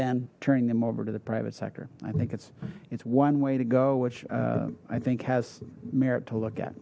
then turning them over to the private sector i think it's it's one way to go which i think has merit to look at